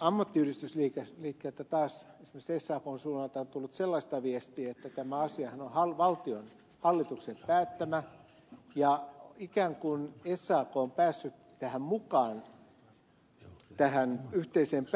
ammattiyhdistysliikkeeltä taas esimerkiksi sakn suunnalta on tullut sellaista viestiä että tämä asiahan on hallituksen päättämä ja sak on ikään kuin päässyt mukaan tähän yhteiseen